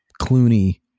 Clooney